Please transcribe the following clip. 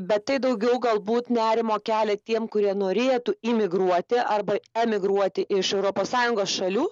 bet tai daugiau galbūt nerimo kelia tiem kurie norėtų imigruoti arba emigruoti iš europos sąjungos šalių